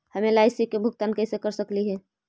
हम एल.आई.सी के भुगतान कैसे कर सकली हे?